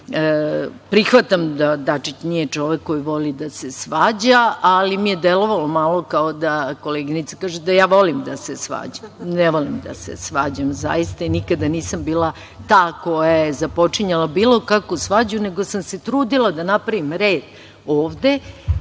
stvari. Prihvatam da Dačić nije čovek koji voli da se svađa, ali mi je delovalo malo kao da koleginica kaže da ja volim da se svađam. Ne volim da se svađam, zaista, i nikada nisam bila ta koja je započinjala bilo kakvu svađu, nego sam se trudila da napravim red ovde,